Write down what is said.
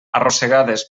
arrossegades